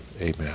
Amen